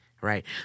right